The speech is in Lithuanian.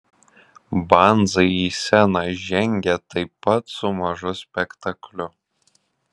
banzai į sceną žengė taip pat su mažu spektakliu